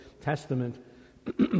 Testament